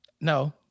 No